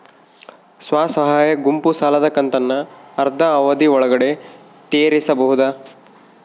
ಸ್ವಸಹಾಯ ಗುಂಪು ಸಾಲದ ಕಂತನ್ನ ಆದ್ರ ಅವಧಿ ಒಳ್ಗಡೆ ತೇರಿಸಬೋದ?